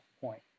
point